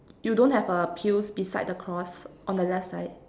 you don't have uh pills beside the cross on the left side